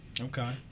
Okay